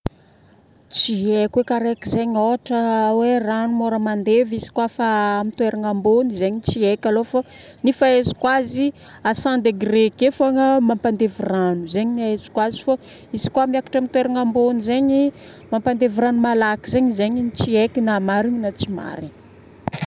Tsy haiko cas raiky zegny ohatra hoe rano mandevy izy ka fa amin'ny toerana ambony. Zay no tsy haiko aloha fô ny fahaizako azy à cent degré akeo fogna mampandevy rano. Zegny no ahaizako azy fô izy koa miakatra amin'ny toerana ambony zegny, mampandevy rano malaky zegny tsy haiko na marina na tsy marina.